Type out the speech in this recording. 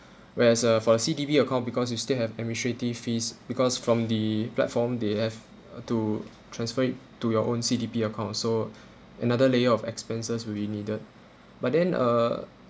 whereas uh for C_D_P account because you still have administrative fees because from the platform they have uh to transfer it to your own C_D_P account so another layer of expenses will be needed but then uh